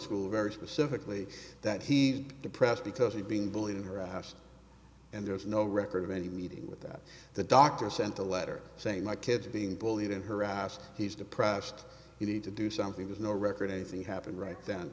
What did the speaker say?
school very specifically that he depressed because he's being bullied or harassed and there's no record of any meeting with that the doctor sent a letter saying my kids are being bullied and harassed he's depressed you need to do something there's no record anything happened right then